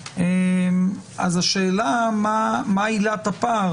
השאלה, מה עילת הפער?